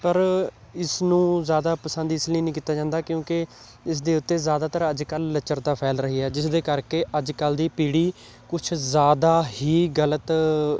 ਪਰ ਇਸ ਨੂੰ ਜ਼ਿਆਦਾ ਪਸੰਦ ਇਸ ਲਈ ਨਹੀਂ ਕੀਤਾ ਜਾਂਦਾ ਕਿਉਂਕਿ ਇਸ ਦੇ ਉੱਤੇ ਜ਼ਿਆਦਾਤਰ ਅੱਜ ਕੱਲ੍ਹ ਲੱਚਰਤਾ ਫੈਲ ਰਹੀ ਹੈ ਜਿਸਦੇ ਕਰਕੇ ਅੱਜ ਕੱਲ ਦੀ ਪੀੜੀ ਕੁਛ ਜ਼ਿਆਦਾ ਹੀ ਗਲਤ